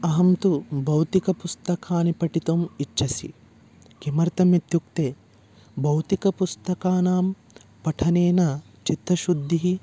अहं तु भौतिकपुस्तकानि पठितुम् इच्छामि किमर्तम् इत्युक्ते बौतिकपुस्तकानां पठनेन चित्तशुद्धिः